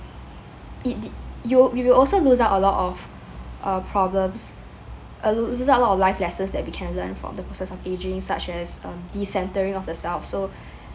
it did you you will also lose out a lot of uh problems uh lo~ lose out a lot of life lessons that we can learn from the process of aging such as um decentering of the self so